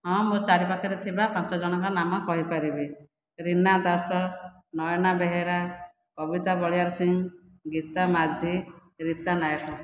ହଁ ମୋ ଚାରି ପାଖରେ ଥିବା ପାଞ୍ଚ ଜଣଙ୍କ ନାମ କହିପାରିବି ରିନା ଦାସ ନୟନା ବେହେରା କବିତା ବଳିୟାରସିଂହ ଗୀତା ମାଝି ରିତା ନାୟକ